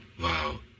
Wow